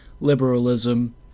liberalism